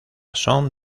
son